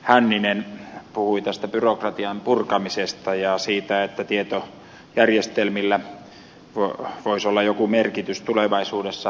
hänninen puhui byrokratian purkamisesta ja siitä että tietojärjestelmillä voisi olla joku merkitys tulevaisuudessa